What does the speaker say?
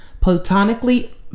Platonically